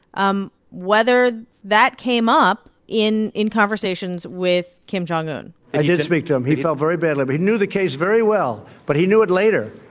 um whether that came up in in conversations with kim jong un i did speak to him. he felt very badly. but he knew the case very well, but he knew it later.